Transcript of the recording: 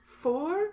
Four